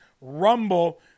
rumble